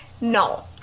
no